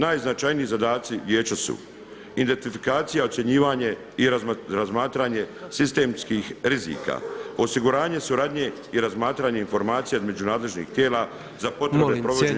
Najznačajniji zadaci vijeća su: identifikacija i ocjenjivanje i razmatranje sistemskih rizika, osiguranje suradnje i razmatranje informacija između nadležnih tijela za potporu i provođenje